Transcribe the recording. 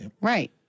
Right